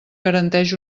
garanteix